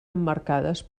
emmarcades